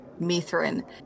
mithrin